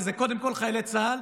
ואלה קודם כל חיילי צה"ל